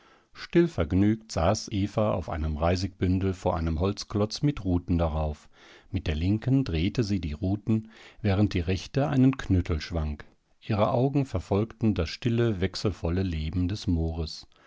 stillvergnügt saß eva auf einem reisigbündel vor einem holzklotz mit ruten darauf mit der linken drehte sie die ruten während die rechte einen knüttel schwang ihre augen verfolgten das stille wechselvolle leben des moores